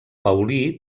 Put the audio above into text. paulí